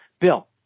Bill